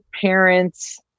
parents